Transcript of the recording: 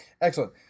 Excellent